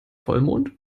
vollmond